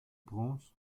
prince